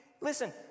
listen